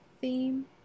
theme